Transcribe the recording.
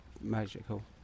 magical